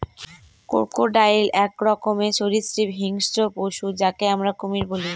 crocodile এক রকমের সরীসৃপ হিংস্র পশু যাকে আমরা কুমির বলি